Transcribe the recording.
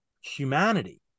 humanity